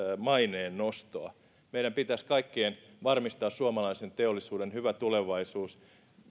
maineen nostoa meidän kaikkien pitäisi varmistaa suomalaisen teollisuuden hyvä tulevaisuus